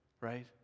right